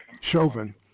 Chauvin